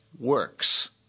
works